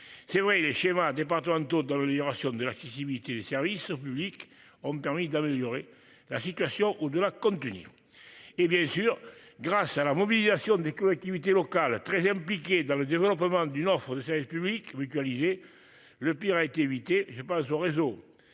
c'est vrai les schémas départementaux dans le Libération de la visibilité des services publics ont permis d'améliorer la situation ou de la contenir. Et bien sûr grâce à la mobilisation des collectivités locales, très impliquée dans le développement d'une offre de services publics mutualiser le pire a été évité. Je pense au réseau